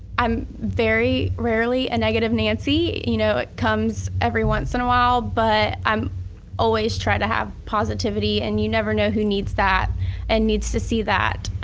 i'm very rarely a negative nancy. you know it comes every once in awhile but i'm always trying to have positivity and you never know who needs that and needs to see that